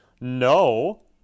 no